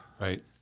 Right